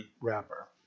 wrapper